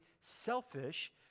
selfish